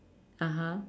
(uh huh)